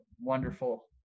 wonderful